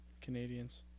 Canadians